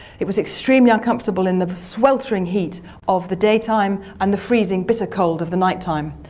it was extremely uncomfortable in the sweltering heat of the daytime, and the freezing bitter cold of the night-time.